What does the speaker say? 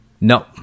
no